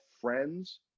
friends